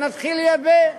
נתחיל לייבא.